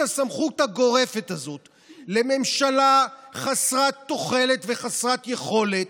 הסמכות הגורפת הזאת לממשלה חסרת תוחלת וחסרת יכולת,